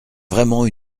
vraiment